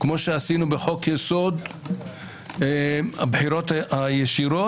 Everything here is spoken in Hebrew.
כמו שעשינו בחוק-יסוד: הממשלה (בחירה ישירה),